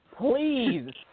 Please